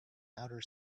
outer